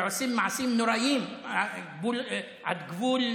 שעושים מעשים נוראיים עד גבול,